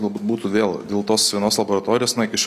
galbūt būtų dėl dėl tos senos laboratorijos na iš